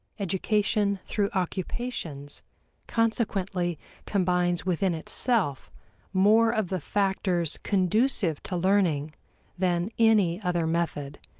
education through occupations consequently combines within itself more of the factors conducive to learning than any other method.